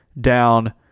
down